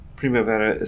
primavera